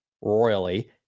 royally